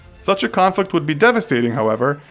such a conflict would be devastating, however,